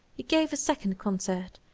he gave a second concert,